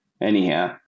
Anyhow